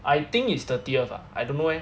I think it's thirtieth ah I don't know leh